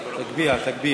תגביה, תגביה.